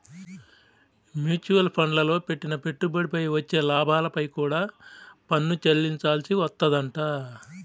mutual ఫండ్లల్లో పెట్టిన పెట్టుబడిపై వచ్చే లాభాలపై కూడా పన్ను చెల్లించాల్సి వత్తదంట